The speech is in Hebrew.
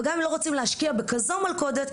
וגם אם לא רוצים להשקיע בכזו מלכודת,